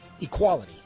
equality